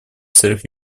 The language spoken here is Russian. целях